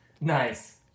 nice